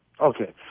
Okay